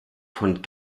von